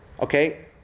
okay